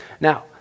Now